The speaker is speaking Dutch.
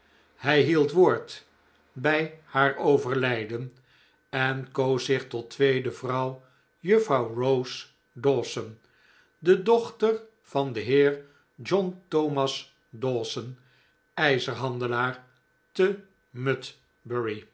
hij hield woord bij haar overlijden en koos zich tot tweede vrouw juffrouw rose dawson de dochter van den heer john thomas dawson ijzerhandelaar te